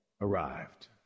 arrived